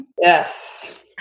Yes